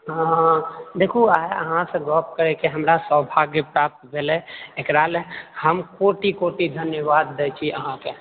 हँ देखू आइ अहाँ सऽ गप करै के हमरा सौभाग्य प्राप्त भेलय एकरा लए हम कोटि कोटि धन्यवाद दै छी अहाँके